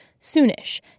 Soonish